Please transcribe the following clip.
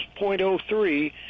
0.03